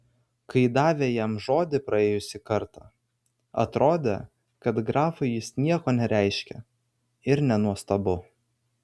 kai davė jam žodį praėjusį kartą atrodė kad grafui jis nieko nereiškia ir nenuostabu